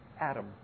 Adam